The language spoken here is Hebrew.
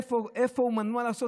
איפה הוא מנוע לעשות?